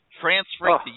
transferring